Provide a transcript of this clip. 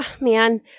man